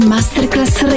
Masterclass